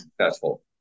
successful